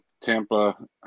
Tampa